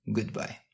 Goodbye